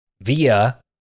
via